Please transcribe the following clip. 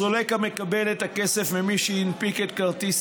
הסולק, המקבל את הכסף ממי שמנפיק את הכרטיס,